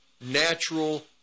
natural